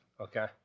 Okay